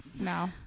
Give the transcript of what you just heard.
No